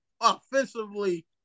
offensively